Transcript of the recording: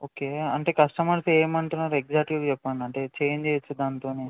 okay అంటే customers ఏమంటున్నారు ఎగ్జాట్లీగా చెప్పండి అంటే ఛేంజ్ చేసే దానితో